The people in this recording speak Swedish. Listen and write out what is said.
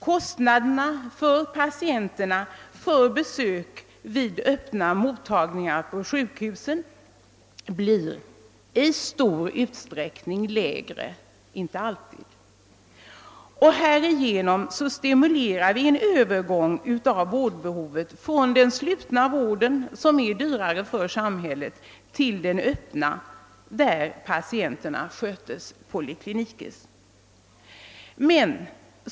Kostnaderna för patienternas besök vid sjukhusens öppna mottagningar blir oftast, men inte alltid, lägre och därigenom stimuleras en övergång från den slutna vården — som är dyrare för samhället — till den öppna, där patienterna skötes vid polikliniker.